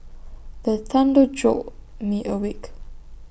the thunder jolt me awake